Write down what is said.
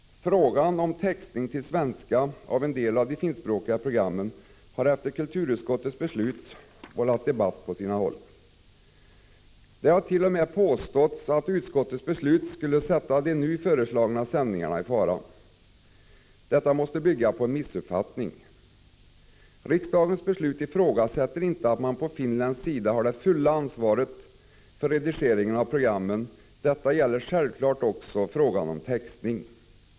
Frågan om textning till svenska av en del av de finskspråkiga programmen har efter kulturutskottets beslut vållat debatt på sina håll. Det har t.o.m. påståtts att utskottets beslut skulle sätta de nu föreslagna sändningarna i fara. Detta måste bygga på en missuppfattning. Genom riksdagens beslut ifrågasätts inte att man på finländsk sida har det fulla ansvaret för redigeringen av programmen. Detta gäller självfallet också frågan om textning.